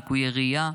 ליקויי ראייה,